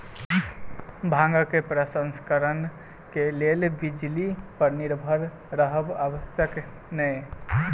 भांगक प्रसंस्करणक लेल बिजली पर निर्भर रहब आवश्यक नै